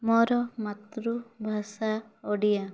ମୋର ମାତୃଭାଷା ଓଡ଼ିଆ